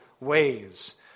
ways